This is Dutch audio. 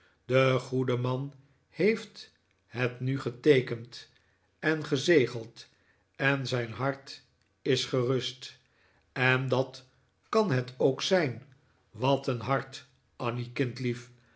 de goede man heeft het nu geteekend en gezegeld en zijn hart is gerust en dat kan het ook zijn wat een hart annie kindlief